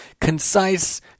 concise